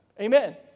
Amen